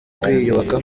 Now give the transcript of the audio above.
kwiyubaka